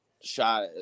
shot